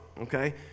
okay